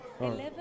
Eleven